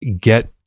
get